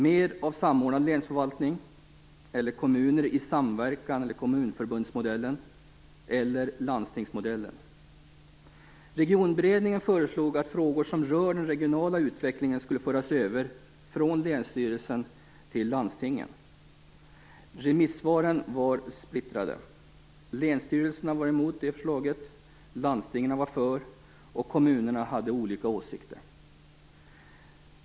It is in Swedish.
Det är mer av samordnad länsförvaltning, kommuner i samverkan, eller Kommunförbundsmodellen, och landstingsmodellen. Regionberedningen föreslog att frågor som rör den regionala utveckling skulle föras över från länsstyrelserna till landstingen. Remissvaren var splittrade. Länsstyrelserna var emot förslaget, landstingen var för och kommunerna hade olika åsikter.